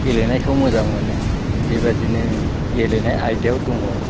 गेलेनायखौ मोजां मोनो बेबायदिनो गेलेनाय आयदायाव दङ